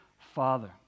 Father